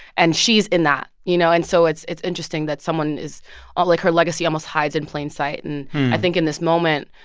and she's in that, you know? and so it's it's interesting that someone is ah like, her legacy almost hides in plain sight. and i think in this moment,